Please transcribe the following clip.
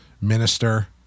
minister